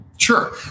Sure